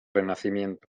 renacimiento